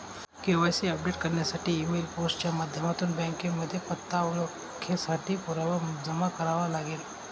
KYC update करण्यासाठी email, post च्या माध्यमातून बँकेमध्ये पत्ता, ओळखेसाठी पुरावा जमा करावे लागेल